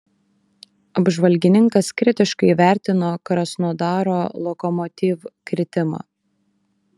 apžvalgininkas kritiškai įvertino krasnodaro lokomotiv kritimą